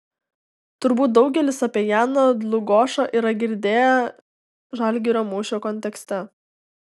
turbūt daugelis apie janą dlugošą yra girdėję žalgirio mūšio kontekste